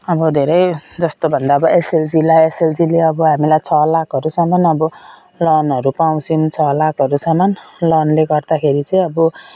अब धेरै जस्तो भन्दा अब एसएलजीलाई एसएलजीले अब हामीलाई छ लाखहरूसम्म अब लोनहरू पाउँछौँ छ लाखहरूसम्म लोनले गर्दाखेरि चाहिँ अब